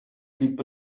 keep